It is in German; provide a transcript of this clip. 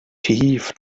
tief